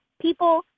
people